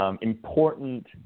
important